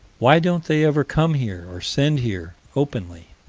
why don't they ever come here, or send here, openly?